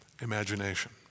imagination